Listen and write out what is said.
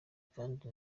kandi